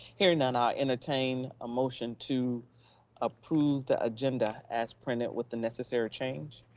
hearing none, i'll entertain a motion to approve the agenda as printed with the necessary change.